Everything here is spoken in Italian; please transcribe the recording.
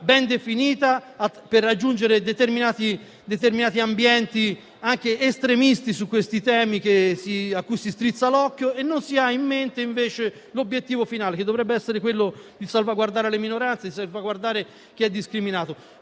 ben definita per raggiungere determinati ambienti, anche estremisti, su questi temi a cui si strizza l'occhio. Al contrario, non si ha in mente l'obiettivo finale, che dovrebbe essere quello di salvaguardare le minoranze e tutelare chi è discriminato.